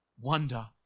wonder